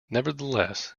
nevertheless